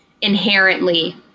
inherently